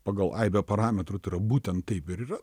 pagal aibę parametrų būtent taip ir yra